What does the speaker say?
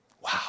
Wow